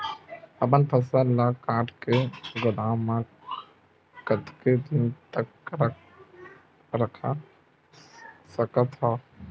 अपन फसल ल काट के गोदाम म कतेक दिन तक रख सकथव?